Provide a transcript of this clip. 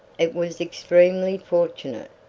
it was extremely fortunate,